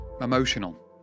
emotional